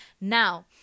Now